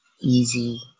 easy